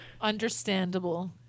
Understandable